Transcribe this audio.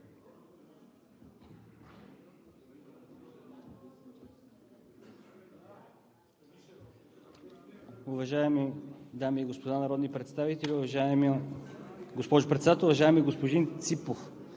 Уважаеми дами и господа народни представители, уважаема госпожо Председател! Уважаеми господин Ципов,